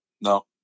No